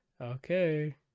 Okay